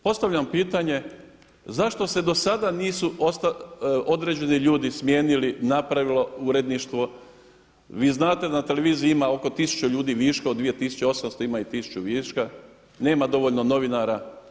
Postavljam pitanje zašto se do sada nisu određeni ljudi smijenili, napravilo uredništvo, vi znate da na televiziji ima oko tisuću ljudi viška od 2800 ima i 1000 viška, nema dovoljno novinara.